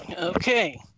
okay